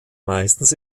meistens